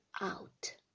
out